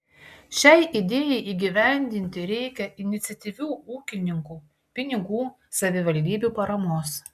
šiai idėjai įgyvendinti reikia iniciatyvių ūkininkų pinigų savivaldybių paramos